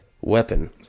weapon